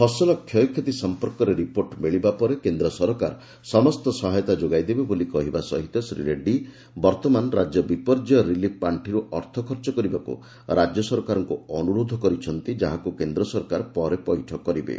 ଫସଲ କ୍ଷୟକ୍ଷତି ସମ୍ପର୍କରେ ରିପୋର୍ଟ ମିଳିବା ପରେ କେନ୍ଦ୍ରସରକାର ସମସ୍ତ ସହାୟତା ଯୋଗାଇଦେବେ ବୋଲି କହିବା ସହିତ ଶ୍ରୀ ରେଡ୍ରୀ ବର୍ତମାନ ରାଜ୍ୟ ବିପର୍ଯ୍ୟୟ ରିଲିଫ୍ ପାଣ୍ଠିରୁ ଅର୍ଥ ଖର୍ଚ୍ଚକରିବାକୁ ରାଜ୍ୟସରକାରଙ୍କୁ ଅନୁରୋଧ କରିଛନ୍ତି ଯାହାକୁ କେନ୍ଦ୍ରସରକାର ପରେ ପଇଠ କରିବେ